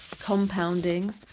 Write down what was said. compounding